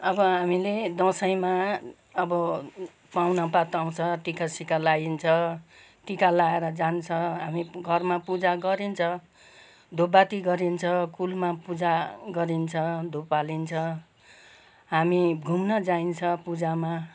अब हामीले दसैँमा अब पाहुनापात आउँछ टिकासिका लगाइदिन्छ टिका लगाएर जान्छ हामी घरमा पूजा गरिन्छ धूप पाती गरिन्छ कुलमा पूजा गरिन्छ धूप हालिन्छ हामी घुम्न जाइन्छ पूजामा